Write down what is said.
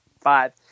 Five